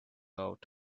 out